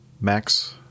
max